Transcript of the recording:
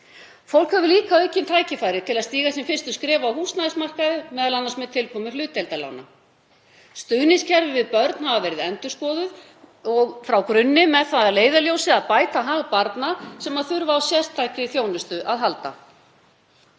Fólk hefur aukin tækifæri til að stíga sín fyrstu skref á húsnæðismarkaði, m.a. með tilkomu hlutdeildarlána. Stuðningskerfi við börn hafa verið endurskoðuð frá grunni með það að leiðarljósi að bæta hag barna sem þurfa á sértækri þjónustu að halda.